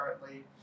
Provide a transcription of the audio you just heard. currently